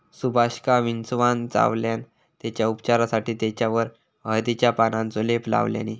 सुभाषका विंचवान चावल्यान तेच्या उपचारासाठी तेच्यावर हळदीच्या पानांचो लेप लावल्यानी